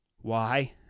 Why